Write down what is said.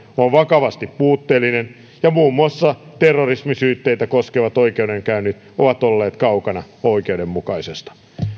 on vakavasti puutteellinen ja muun muassa terrorismisyytteitä koskevat oikeudenkäynnit ovat olleet kaukana oikeudenmukaisesta